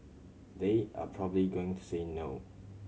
they are probably going to say no